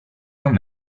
non